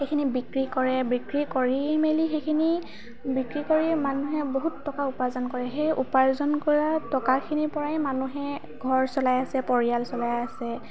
সেইখিনি বিক্ৰী কৰে বিক্ৰী কৰি মেলি সেইখিনি বিক্ৰী কৰি মানুহে বহুত টকা উপাৰ্জন কৰে সেই উপাৰ্জন কৰা টকাখিনিৰ পৰাই মানুহে ঘৰ চলাই আছে পৰিয়াল চলাই আছে